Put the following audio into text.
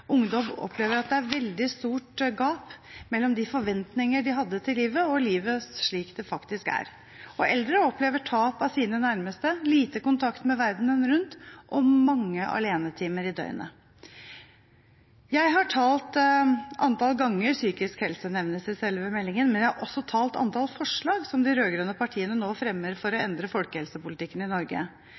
Ungdom opplever at det er et veldig stort gap mellom de forventninger de har til livet, og livet slik det faktisk er. Eldre opplever tap av sine nærmeste, lite kontakt med verdenen rundt og mange alenetimer i døgnet. Jeg har talt antall ganger psykisk helse nevnes i selve meldingen, men jeg har også talt antall forslag som de rød-grønne partiene nå fremmer for å endre folkehelsepolitikken i Norge.